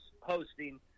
hosting